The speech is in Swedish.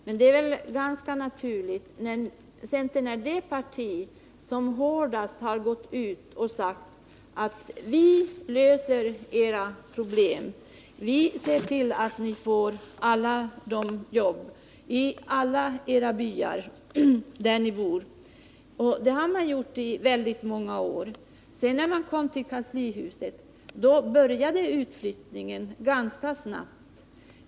Men det vore ganska naturligt, när centern är det parti som hårdast har gått ut och sagt: Vi löser era problem och vi ser till att ni får jobb i alla byar där ni bor. Så har centern sagt i väldigt många år. Sedan när centern kom till kanslihuset började utflyttningarna ganska snabbt.